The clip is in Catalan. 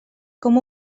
com